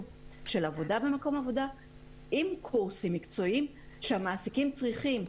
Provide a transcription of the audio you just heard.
של עבודה במקום עבודה עם קורסים מקצועיים שהמעסיקים צריכים.